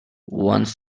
once